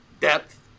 depth